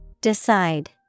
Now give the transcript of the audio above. Decide